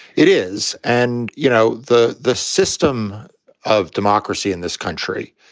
it is. and, you know, the the system of democracy in this country